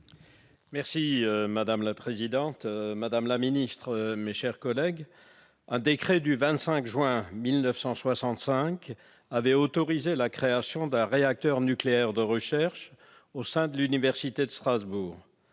Madame la présidente, madame la secrétaire d'État, mes chers collègues, un décret du 25 juin 1965 avait autorisé la création d'un réacteur nucléaire de recherche au sein de l'université de Strasbourg.